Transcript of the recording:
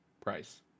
price